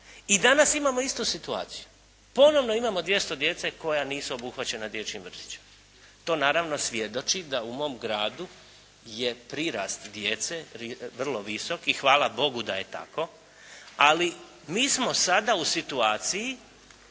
I danas imamo istu situaciju. Ponovno imamo 200 djece koja nisu obuhvaćena dječjim vrtićima. To naravno svjedoči da u mom gradu je prirast djece vrlo visok i hvala Bogu da je tako, ali mi smo sada u situaciji